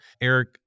Eric